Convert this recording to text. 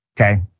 okay